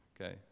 Okay